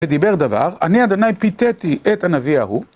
ודיבר דבר, אני אדוני אלוהים פיתתי את הנביא ההוא